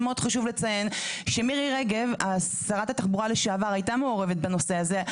מאוד חשוב לציין שמירי רגב שרת התחבורה לשעבר היתה מעורבת בנושא הזה,